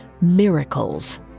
miracles